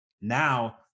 Now